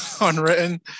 Unwritten